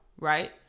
Right